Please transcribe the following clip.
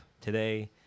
today